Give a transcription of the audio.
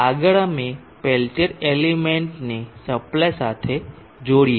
આગળ અમે પેલ્ટીર એલિમેન્ટને સપ્લાય સાથે જોડીએ છીએ